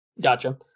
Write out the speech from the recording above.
Gotcha